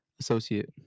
associate